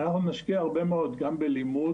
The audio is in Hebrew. אנחנו נשקיע הרבה מאוד גם בלימוד,